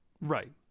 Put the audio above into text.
right